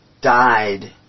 died